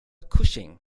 cushing